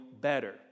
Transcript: better